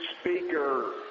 speaker